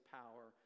power